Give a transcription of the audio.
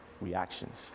reactions